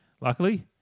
luckily